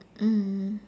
mm